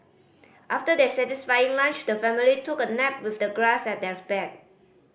after their satisfying lunch the family took a nap with the grass as their bed